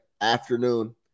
afternoon